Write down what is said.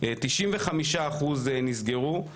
95 אחוז נסגרו,